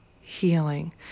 healing